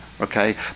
Okay